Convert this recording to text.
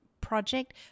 project